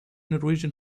norwegian